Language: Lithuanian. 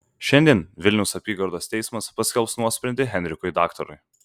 šiandien vilniaus apygardos teismas paskelbs nuosprendį henrikui daktarui